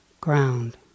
ground